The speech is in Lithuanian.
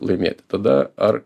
laimėti tada ar